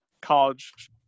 college